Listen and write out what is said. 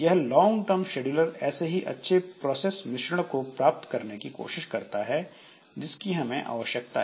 यह long term scheduler ऐसे ही अच्छे प्रोसेस मिश्रण को प्राप्त करने की कोशिश करता है जिसकी हमें आवश्यकता है